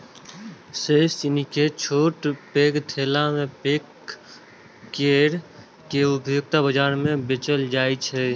शेष चीनी कें छोट पैघ थैला मे पैक कैर के उपभोक्ता बाजार मे बेचल जाइ छै